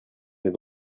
des